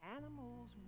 animals